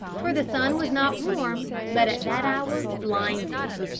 for the sun was not warm, but at that hour, blinding.